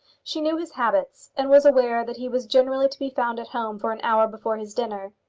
she knew his habits, and was aware that he was generally to be found at home for an hour before his dinner.